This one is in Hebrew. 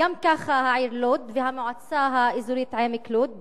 וכך גם העיר לוד והמועצה האזורית עמק לוד.